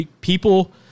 people